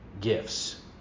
gifts